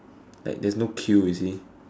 like there's no queue you see